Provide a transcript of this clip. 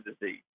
disease